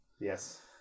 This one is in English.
Yes